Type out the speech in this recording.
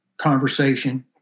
conversation